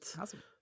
Awesome